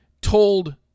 told